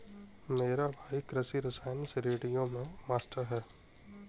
मेरा भाई कृषि रसायन श्रेणियों में मास्टर है